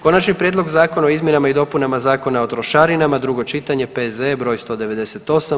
Konačni prijedlog Zakona o izmjenama i dopunama Zakona o trošarinama, drugo čitanje, P.Z.E. broj 198.